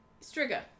Striga